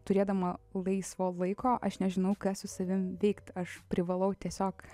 turėdama laisvo laiko aš nežinau ką su savim veikt aš privalau tiesiog